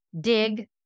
dig